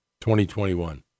2021